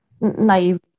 naive